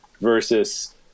versus